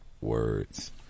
words